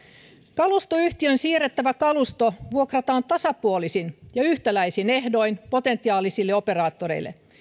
kalustoyhtiöön siirrettävä kalusto vuokrataan tasapuolisin ja yhtäläisin ehdoin potentiaalisille operaattoreille